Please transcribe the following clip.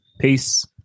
Peace